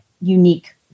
unique